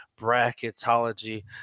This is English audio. bracketology